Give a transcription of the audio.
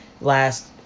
last